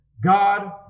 God